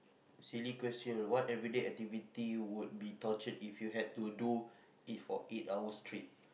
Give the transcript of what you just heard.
silly question what everyday activities would be torture if you have to do it of each eight hour trip